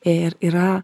ir yra